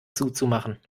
zuzumachen